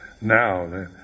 now